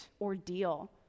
ordeal